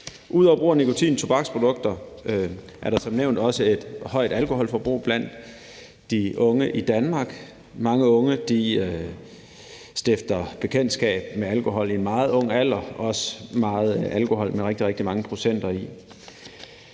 Ud over brug af nikotin- og tobaksprodukter er der som nævnt også et højt alkoholforbrug blandt de unge i Danmark. Mange unge stifter bekendtskab med alkohol i en meget ung alder, også meget alkohol med rigtig, rigtig mange procenter i.